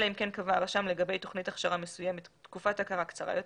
אלא אם כן קבע הרשם לגבי תוכנית הכשרה מסוימת תקופת הכרה קצרה יותר,